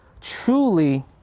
truly